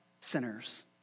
sinners